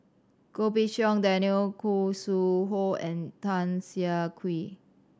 Goh Pei Siong Daniel Khoo Sui Hoe and Tan Siah Kwee